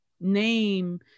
name